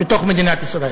בתוך מדינת ישראל.